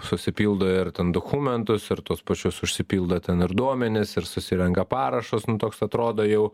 susipildo ir ten dokumentus ir tuos pačius užsipildo ten ir duomenis ir susirenka parašus nu toks atrodo jau